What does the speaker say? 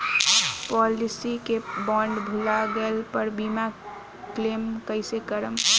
Policy के bond भुला गैला पर बीमा क्लेम कईसे करम?